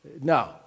No